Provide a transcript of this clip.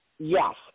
Yes